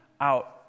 out